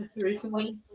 recently